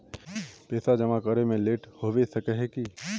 पैसा जमा करे में लेट होबे सके है की?